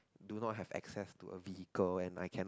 do not have access to a vehicle and I cannot